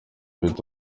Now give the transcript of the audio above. ufite